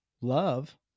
love